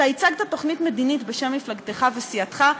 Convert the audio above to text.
אתה הצגת תוכנית מדינית בשם מפלגתך וסיעתך,